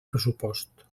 pressupost